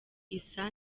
isa